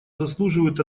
заслуживают